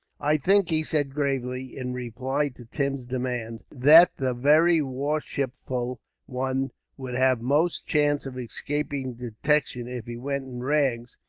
i think, he said gravely, in reply to tim's demand that the very worshipful one would have most chance of escaping detection if he went in rags,